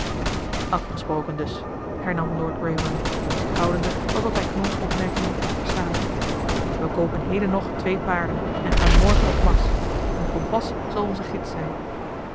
afgesproken dus hernam lord greybury zich houdende alsof hij knols opmerking niet had verstaan we koopen heden nog twee paarden en gaan morgen op marsch een kompas zal onze gids zijn